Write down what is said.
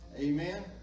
Amen